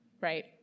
right